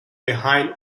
behind